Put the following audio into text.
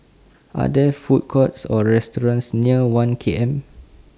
Are There Food Courts Or restaurants near one K M